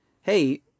hey